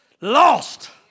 Lost